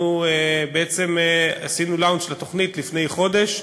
אנחנו בעצם עשינו launch לתוכנית לפני חודש.